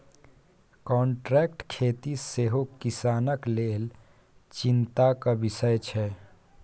contract खेती सेहो किसानक लेल चिंताक बिषय छै